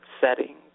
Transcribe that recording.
setting